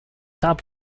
top